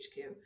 HQ